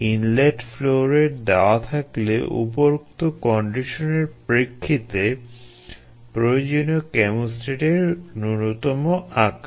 inlet flow rate দেওয়া থাকলে উপরোক্ত কন্ডিশনের প্রেক্ষিতে প্রয়োজনীয় কেমোস্ট্যাটের ন্যূনতম আকার